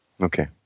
Okay